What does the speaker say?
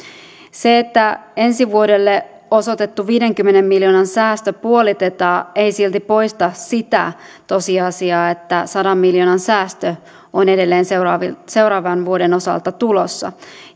se että ensi vuodelle osoitettu viidenkymmenen miljoonan säästö puolitetaan ei silti poista sitä tosiasiaa että sadan miljoonan säästö on edelleen seuraavan seuraavan vuoden osalta tulossa